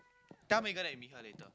tell Megan that you meet her later